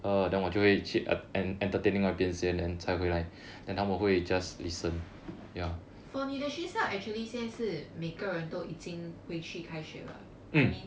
oh 你的学校 actually 现在是每个人都已经回去开学了 I mean